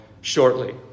shortly